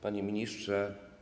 Panie Ministrze!